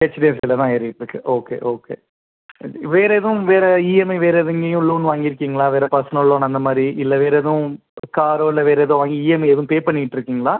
ஹெச்டிஎஃப்சியில் தான் ஏறிட்டுருக்கு okay okay வேறு எதுவும் வேறு இஎம்ஐ வேறு எதுலேயும் லோன் வாங்கிருக்கிங்களா வேறு பர்ஸ்னல் லோன் அந்த மாதிரி இல்லை வேறு எதுவும் காரோ இல்லை வேறு ஏதோ வாங்கி இஎம்ஐ எதுவும் பே பண்ணிட்டுருக்கிங்களா